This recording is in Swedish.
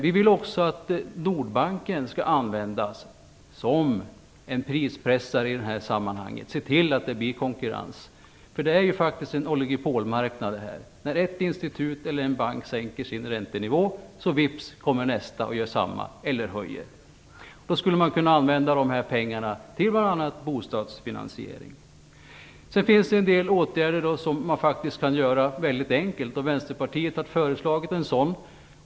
Vi vill också att Nordbanken skall användas som en prispressare i de här sammanhangen, se till så att det blir konkurrens. Det är faktiskt en oligopolmarknad det här. När ett institut eller en bank sänker eller höjer sin räntenivå, vips kommer nästa och gör detsamma. Man skulle kunna använda pengarna till bl.a. Sedan finns det en del åtgärder som man faktiskt kan göra mycket enkelt. Vänsterpartiet har föreslagit en sådan.